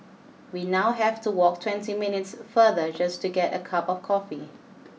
we now have to walk twenty minutes farther just to get a cup of coffee